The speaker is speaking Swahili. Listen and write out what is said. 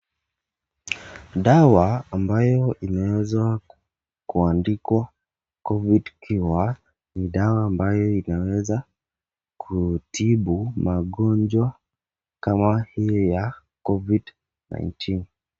Dawa ambayo imeweza kuandikwa COVID cure ni dawa ambayo inaweza kutibu magonjwa kama hii ya COVID-19 .